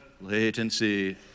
latency